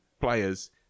players